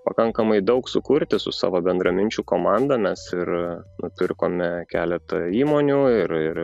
pakankamai daug sukurti su savo bendraminčių komandą mes ir nupirkome keletą įmonių ir ir